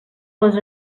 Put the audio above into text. les